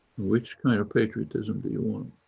which kind of patriotism do you want?